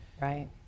Right